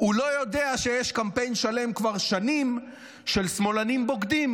הוא לא יודע שיש קמפיין שלם כבר שנים של שמאלנים בוגדים,